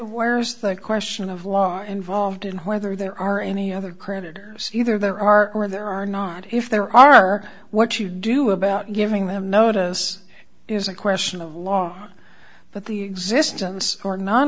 where's the question of law involved and whether there are any other creditors either there are or there are not if there are what you do about giving them notice is a question of law but the existence or non